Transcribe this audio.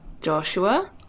Joshua